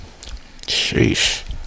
Sheesh